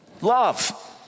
Love